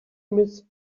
miss